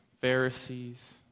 Pharisees